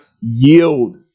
yield